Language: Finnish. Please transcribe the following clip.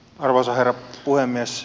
arvoisa herra puhemies